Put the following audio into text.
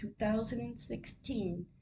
2016